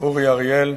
אורי אריאל,